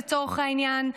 לצורך העניין,